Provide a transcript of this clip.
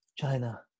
China